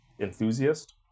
enthusiast